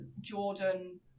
Jordan